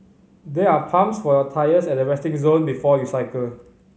there are pumps for your tyres at the resting zone before you cycle